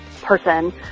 person